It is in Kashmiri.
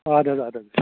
اَدٕ حظ اَدٕ حظ